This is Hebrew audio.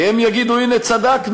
כי הם יגידו: הנה, צדקנו,